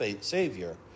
Savior